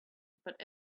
but